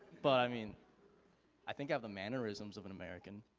but i mean i think i have the mannerisms of an american,